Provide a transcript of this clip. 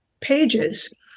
pages